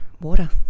Water